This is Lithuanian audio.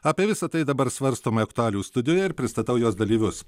apie visa tai dabar svarstoma aktualijų studijoj ir pristatau jos dalyvius